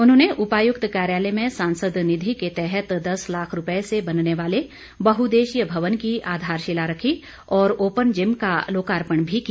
उन्होंने उपायुक्त कार्यालय में सांसद निधि के तहत दस लाख रूपये से बनने वाले बहुउद्देश्यीय भवन की आधारशिला रखी और ओपन जिम का लोकार्पण भी किया